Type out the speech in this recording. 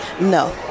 No